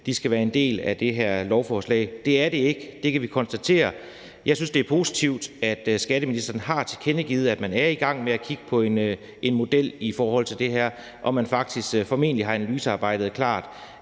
skal være en del af det her lovforslag. Det er de ikke; det kan vi konstatere. Jeg synes, det er positivt, at skatteministeren har tilkendegivet, at man er i gang med at kigge på en model i forhold til det her, og at man faktisk formentlig har analysearbejdet klar,